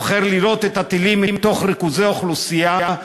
בוחר לירות את הטילים מתוך ריכוזי אוכלוסייה,